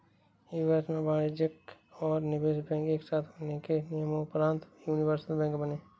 US में वाणिज्यिक और निवेश बैंक एक साथ होने के नियम़ोंपरान्त यूनिवर्सल बैंक बने